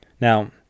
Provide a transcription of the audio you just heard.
Now